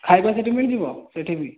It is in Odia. ଖାଇବା ସେଠି ମିଳିଯିବ ସେଠି ବି